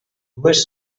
dues